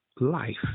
Life